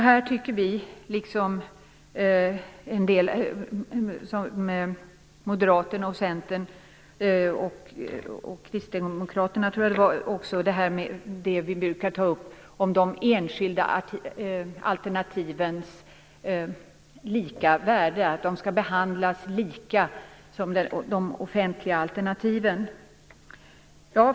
Här tycker vi, liksom Moderaterna, Centern och även Kristdemokraterna tror jag, att de enskilda alternativen skall behandlas lika som de offentliga alternativen.